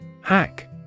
Hack